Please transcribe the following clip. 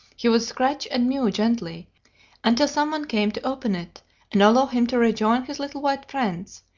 he would scratch and mew gently until some one came to open it and allow him to rejoin his little white friends,